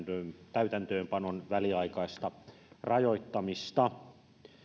täytäntöönpanon väliaikaista rajoittamista